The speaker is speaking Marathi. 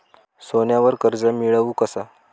सोन्यावर कर्ज मिळवू कसा?